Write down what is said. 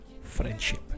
friendship